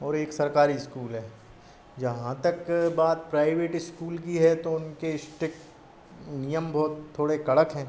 और एक सरकारी इस्कूल है जहाँ तक बात प्राइवेट इस्कूल की है तो उनके इस्टिक नियम बहुत थोड़े कड़क हैं